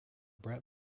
bret